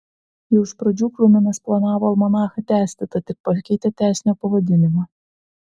jau iš pradžių kruminas planavo almanachą tęsti tad tik pakeitė tęsinio pavadinimą